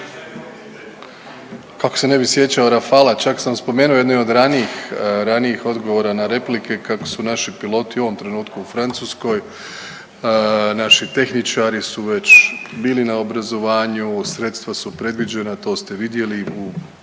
Kako se ne bih sjećao rafala. Čak sam spomenuo i jednu od ranijih odgovora na replike kako su naši piloti u ovom trenutku u Francuskoj, naši tehničari su već bili na obrazovanju, sredstva su predviđena, to ste vidjeli u